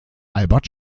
albert